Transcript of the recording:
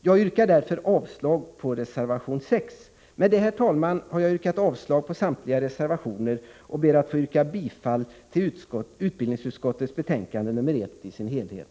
Jag yrkar därför avslag på reservation 6. Med detta, herr talman, har jag yrkat avslag på samtliga reservationer och ber att få yrka bifall till hemställan i utbildningsutskottets betänkande nr 1 i dess helhet.